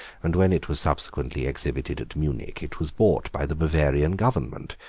and when it was subsequently exhibited at munich it was bought by the bavarian government,